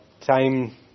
Time